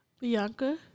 Bianca